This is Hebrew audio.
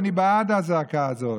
ואני בעד הזעקה הזאת,